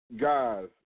Guys